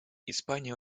испания